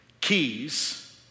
keys